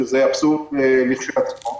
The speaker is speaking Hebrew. שזה אבסורד לכשעצמו.